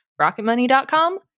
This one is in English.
Rocketmoney.com